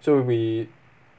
so we